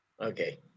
Okay